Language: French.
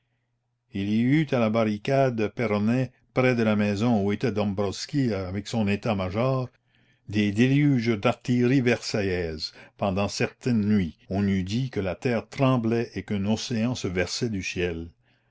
il y eut à la barricade peyronnet près de la maison où était dombwroski avec son état-major des déluges d'artillerie la commune versaillaise pendant certaines nuits on eût dit que la terre tremblait et qu'un océan se versait du ciel